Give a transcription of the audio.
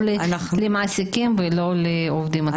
לא למעסיקים ולא לעובדים.